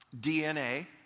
DNA